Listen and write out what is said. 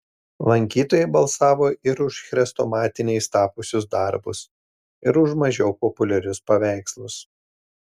lankytojai balsavo ir už chrestomatiniais tapusius darbus ir už mažiau populiarius paveikslus